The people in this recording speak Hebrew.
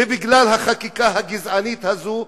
ובגלל החקיקה הגזענית הזאת,